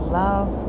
love